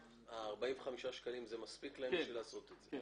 ה-45 שקלים מספיק להם בשביל לעשות את זה?